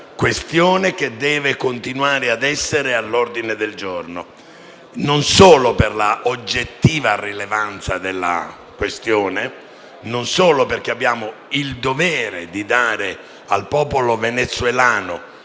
questione che deve continuare ad essere all'ordine del giorno e non solo per la sua oggettiva rilevanza o perché abbiamo il dovere di dare al popolo venezuelano